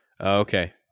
okay